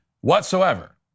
whatsoever